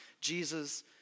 Jesus